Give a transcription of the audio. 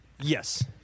Yes